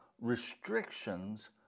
restrictions